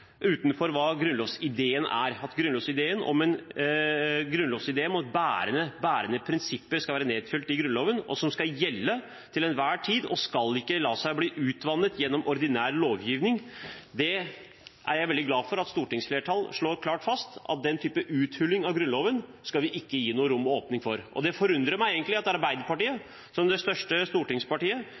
utenfor hva grunnlovsideen er – en grunnlovsidé om at bærende prinsipper skal være nedfelt i Grunnloven og skal gjelde til enhver tid og ikke bli utvannet gjennom ordinær lovgivning. Jeg er veldig glad for at stortingsflertallet slår klart fast at den typen uthuling av Grunnloven skal vi ikke gi noe rom og åpning for. Det forundrer meg egentlig at Arbeiderpartiet som det største stortingspartiet